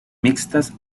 mixtas